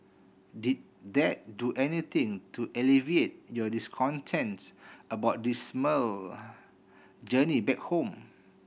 did that do anything to alleviate your discontents about dismal journey back home